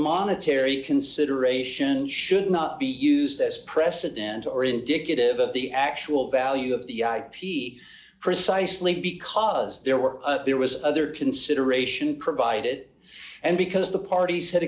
monetary consideration should not be used as precedent or indicative of the actual value of the ip precisely because there were there was other consideration provided and because the parties had